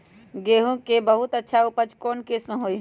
गेंहू के बहुत अच्छा उपज कौन किस्म होई?